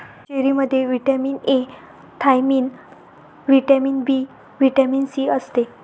चेरीमध्ये vitamin A, thiamine, vitamin B, vitamin C असते